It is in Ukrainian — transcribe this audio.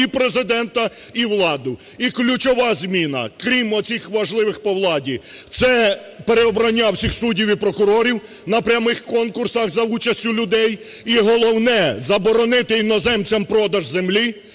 і Президента, і владу. І ключова зміна, крім оцих важливих по владі, це переобрання всіх суддів і прокурорів на прямих конкурсах за участю людей, і головне – заборонити іноземцям продаж землі,